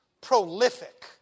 prolific